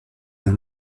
dans